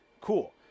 Cool